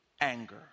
anger